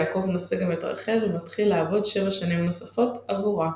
יעקב נושא גם את רחל ומתחיל לעבוד שבע שנים נוספות עבורה.